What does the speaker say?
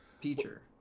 feature